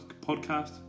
Podcast